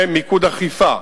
ומיקוד אכיפה